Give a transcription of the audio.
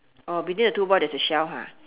oh between the two boy there's a shell ha